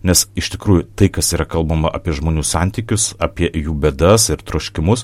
nes iš tikrųjų tai kas yra kalbama apie žmonių santykius apie jų bėdas ir troškimus